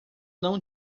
não